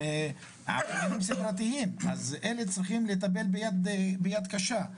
עם אלה צריכים לטפל ביד קשה.